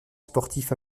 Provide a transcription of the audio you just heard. sportif